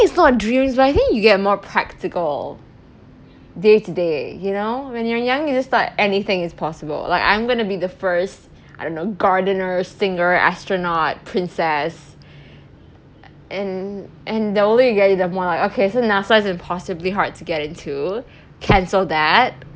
it's not dreams right I think you get more practical day to day you know when you're young you just like anything is possible like I'm going to be the first I don't know gardener singer astronaut princess and and the older you get you're more like okay so NASA is impossibly hard to get into cancel that